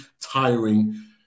tiring